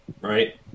right